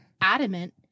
adamant